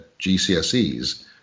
GCSEs